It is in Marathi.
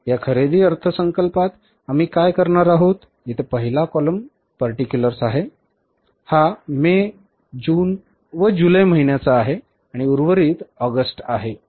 या खरेदी अर्थसंकल्पात आम्ही काय करणार आहोत येथे पहिला column तपशीलवार आहे हा मे जून जुलै महिन्यांचा आहे आणि उर्वरित ऑगस्ट आहे